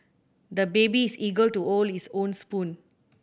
the baby is eager to his own spoon